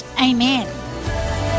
Amen